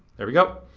there we go.